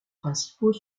principaux